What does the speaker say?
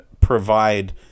provide